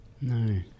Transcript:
No